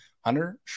Hunter